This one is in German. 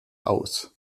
aus